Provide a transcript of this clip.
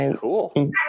cool